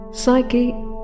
Psyche